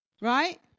right